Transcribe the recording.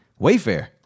Wayfair